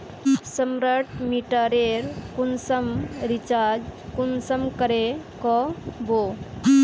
Smart मीटरेर कुंसम recharge कुंसम करे का बो?